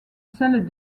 celles